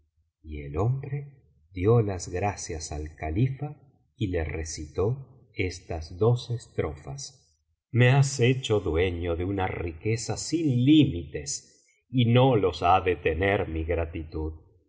y el hombre dio las gracias al califa y le recitó estas dos estrofas me has hecho dueño de ana riqueza sin límites y no los ha de tener mi gratitud